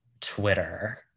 Twitter